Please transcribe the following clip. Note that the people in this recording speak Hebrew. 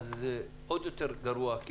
עוד יותר גרוע,